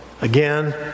again